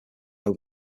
over